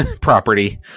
property